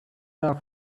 off